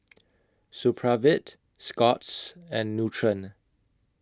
Supravit Scott's and Nutren